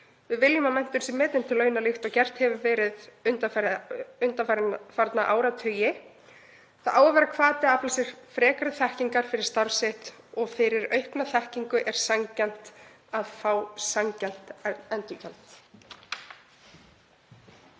Við viljum að menntun sé metin til launa, líkt og gert hefur verið undanfarna áratugi. Það á að vera hvati að afla sér frekari þekkingar fyrir starf sitt og fyrir aukna þekkingu er sanngjarnt að fá sanngjarnt endurgjald.